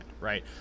right